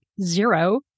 zero